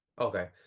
Okay